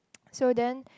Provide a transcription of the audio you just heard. so then